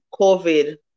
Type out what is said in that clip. COVID